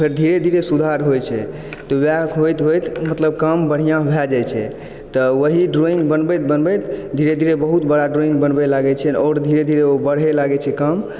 फेर धीरे धीरे सुधार होइत छै तऽ वएह होइत होइत मतलब काम बढ़िआँ भए जाइत छै तऽ वही ड्राइंग बनबैत बनबैत धीरे धीरे बहुत बड़ा ड्राइंग बनबय लागय छी आओर धीरे धीरे ओ बढ़य लागय छै काम